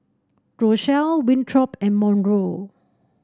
Rochelle Winthrop and Monroe